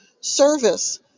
service